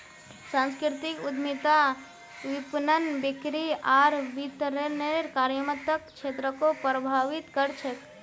सांस्कृतिक उद्यमिता विपणन, बिक्री आर वितरनेर कार्यात्मक क्षेत्रको प्रभावित कर छेक